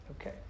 Okay